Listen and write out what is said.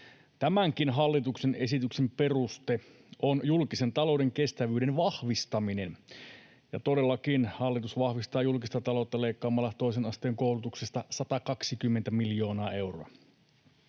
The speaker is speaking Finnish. Tämänkin hallituksen esityksen peruste on julkisen talouden kestävyyden vahvistaminen, ja todellakin hallitus vahvistaa julkista taloutta leikkaamalla toisen asteen koulutuksesta 120 miljoonaa euroa.